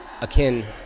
akin